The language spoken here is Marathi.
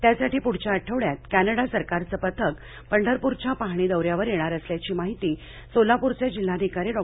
त्यासाठी प्ढच्या आठवड्यात कॅनडा सरकारचं पथक पंढरप्रच्या पाहणी दौऱ्यावर येणार असल्याची माहिती सोलापूरचे जिल्हाधिकारी डॉ